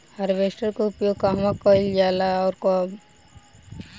Harvester का उपयोग कहवा कइल जाला और कब?